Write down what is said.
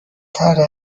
تره